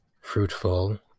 fruitful